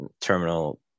terminal